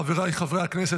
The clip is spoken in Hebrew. חבריי חברי הכנסת,